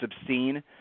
obscene